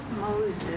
Moses